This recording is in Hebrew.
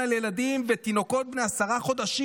על ילדים ותינוקות בני עשרה חודשים.